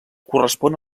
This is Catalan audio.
correspon